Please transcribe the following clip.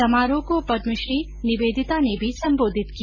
समारोह को पदमश्री निवेदिता ने भी सम्बोधित किया